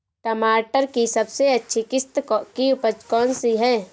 टमाटर की सबसे अच्छी किश्त की उपज कौन सी है?